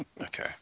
Okay